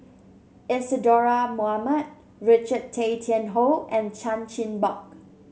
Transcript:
Isadhora Mohamed Richard Tay Tian Hoe and Chan Chin Bock